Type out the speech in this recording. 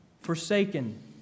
Forsaken